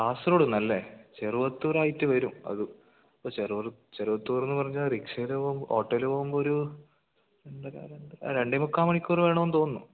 കാസർഗോഡിന്ന് അല്ലേ ചെറുവത്തുരായിട്ട് വരും അത് ഇപ്പം ചെറുവത്തുര് എന്നുപറഞ്ഞാൽ റിക്ഷേൽ പോവുമ്പോൾ ഓട്ടയിൽ പോവുമ്പോൾ ഒരു രണ്ടര രണ്ട് രണ്ട് മുക്കാൽ മണിക്കൂറ് വേണമെന്ന് തോന്നുന്നു